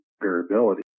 variability